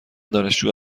دانشجو